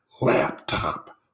laptop